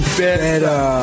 better